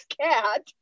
cat